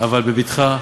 אבל בבטחה,